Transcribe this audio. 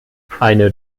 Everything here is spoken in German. eine